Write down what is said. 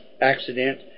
accident